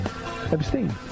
abstain